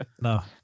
No